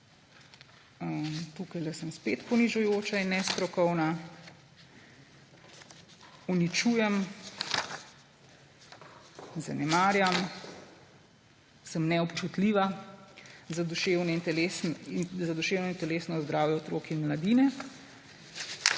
Tukajle sem spet ponižujoča in nestrokovna, uničujem, zanemarjam, sem neobčutljiva za duševno in telesno zdravje otrok in mladine.